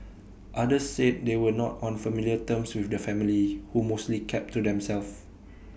others said they were not on familiar terms with the family who mostly kept to themselves